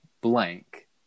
blank